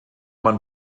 man